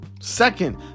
second